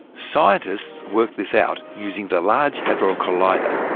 scientists worked this out using the large hadron collider,